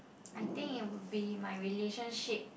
I think it would be my relationship